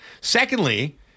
Secondly